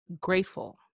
grateful